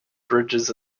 bridges